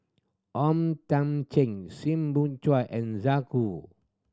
O Thiam Chin Soo Bin Chua and